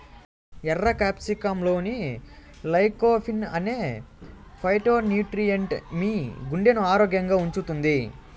ఎర్ర క్యాప్సికమ్లోని లైకోపీన్ అనే ఫైటోన్యూట్రియెంట్ మీ గుండెను ఆరోగ్యంగా ఉంచుతుంది